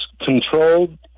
controlled